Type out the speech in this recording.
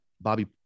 Bobby